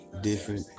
different